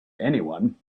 anyone